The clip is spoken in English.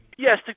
Yes